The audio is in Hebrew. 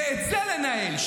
ואת זה לנהל,